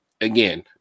again